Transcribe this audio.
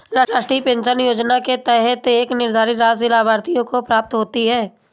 राष्ट्रीय पेंशन योजना के तहत एक निर्धारित राशि लाभार्थियों को प्राप्त होती है